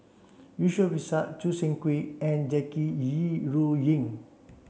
Yusof Ishak Choo Seng Quee and Jackie Yi Ru Ying